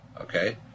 okay